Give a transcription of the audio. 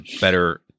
better